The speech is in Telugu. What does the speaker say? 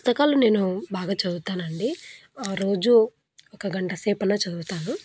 పుస్తకాలు నేను బాగా చదువుతానండి ఆ రోజు ఒక గంట సేపైనా చదువుతాను